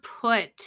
put